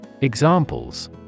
Examples